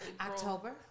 October